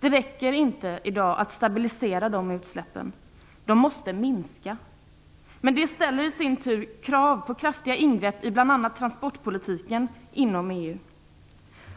Det räcker inte att stabilisera utsläppen. De måste minska. Det ställer i sin tur krav på kraftiga ingrepp i bl.a. transportpolitiken inom EU.